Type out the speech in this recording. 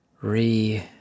Re